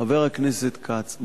חבר הכנסת כץ,